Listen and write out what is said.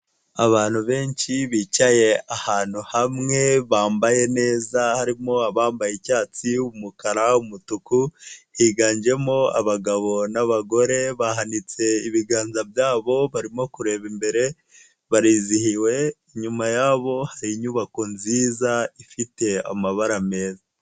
Abantu benshi bicaye ahantu hamwe bambaye neza harimo abambaye icyatsi, umukara umutuku higanjemo abagabo n'abagore bahananitse ibiganza byabo barimo kureba imbere barizihiwe, inyuma yabo hari inyubako nziza ifite amabara meza.